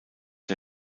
der